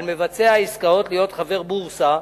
על מבצע העסקאות להיות חבר בורסה,